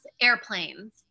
airplanes